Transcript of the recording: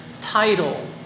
title